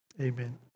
Amen